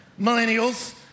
millennials